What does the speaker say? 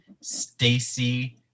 Stacy